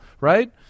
right